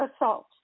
assault